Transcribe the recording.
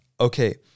Okay